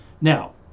Now